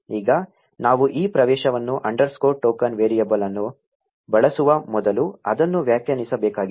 ಈಗ ನಾವು ಈ ಪ್ರವೇಶವನ್ನು ಅಂಡರ್ಸ್ಕೋರ್ ಟೋಕನ್ ವೇರಿಯೇಬಲ್ ಅನ್ನು ಬಳಸುವ ಮೊದಲು ಅದನ್ನು ವ್ಯಾಖ್ಯಾನಿಸಬೇಕಾಗಿದೆ